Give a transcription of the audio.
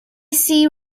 see